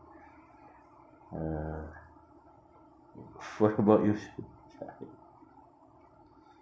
uh what about you